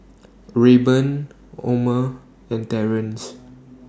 Rayburn Omer and Terence